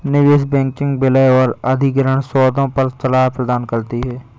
निवेश बैंकिंग विलय और अधिग्रहण सौदों पर सलाह प्रदान करती है